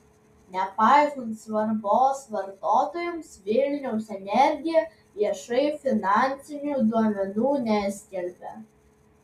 nepaisant svarbos vartotojams vilniaus energija viešai finansinių duomenų neskelbia